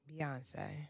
Beyonce